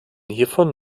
hiervon